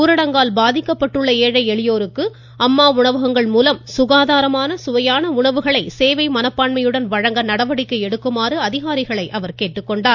ஊரடங்கால் பாதிக்கப்பட்டுள்ள ஏழை எளியோருக்கு அம்மா உணவகங்கள் மூலம் சுகாதாரமான சுவையான உணவுகளை சேவை மனப்பான்மையுடன் வழங்க நடவடிக்கை எடுக்குமாறு அதிகாரிகளை அவர் கேட்டுக்கொண்டார்